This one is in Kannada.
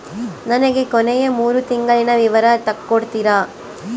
ನನಗ ಕೊನೆಯ ಮೂರು ತಿಂಗಳಿನ ವಿವರ ತಕ್ಕೊಡ್ತೇರಾ?